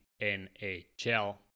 NHL